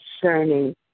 concerning